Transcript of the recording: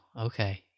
Okay